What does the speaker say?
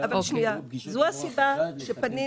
זו הסיבה שפנינו.